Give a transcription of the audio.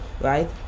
right